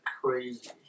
crazy